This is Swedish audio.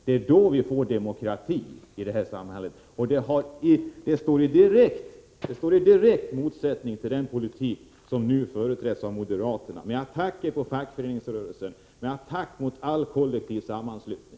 Det är då vi får demokrati. Detta står i direkt motsats till den politik som nu företräds av moderaterna, med attacker mot fackföreningsrörelsen och all kollektiv sammanslutning.